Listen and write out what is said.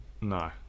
No